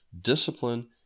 discipline